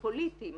הפוליטיים,